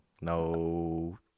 no